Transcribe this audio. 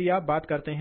पालन करते हैं